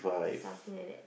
something like that